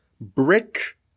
brick